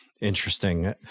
Interesting